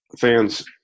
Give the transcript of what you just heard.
fans